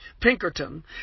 Pinkerton